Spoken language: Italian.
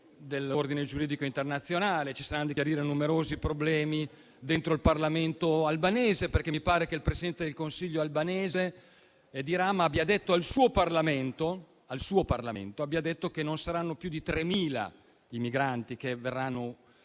dell'ordine giuridico internazionale e ci saranno da chiarire numerosi problemi interni al Parlamento albanese, perché mi pare che il presidente del Consiglio albanese Edi Rama abbia detto al suo Parlamento che non saranno più di 3.000 i migranti che verranno